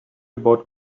about